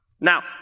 Now